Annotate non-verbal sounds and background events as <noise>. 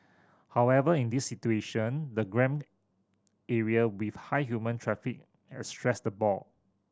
however in this situation the <unintelligible> area with high human traffic had stressed the boar